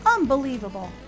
unbelievable